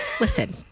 Listen